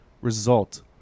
result